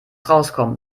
rauskommt